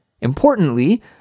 Importantly